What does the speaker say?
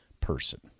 person